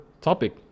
topic